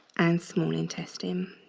and small intestine